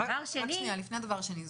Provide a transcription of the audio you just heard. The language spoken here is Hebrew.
לפני הדבר השני,